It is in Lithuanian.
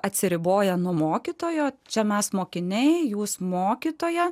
atsiriboja nuo mokytojo čia mes mokiniai jūs mokytoja